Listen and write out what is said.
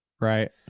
Right